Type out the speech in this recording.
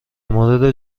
مورد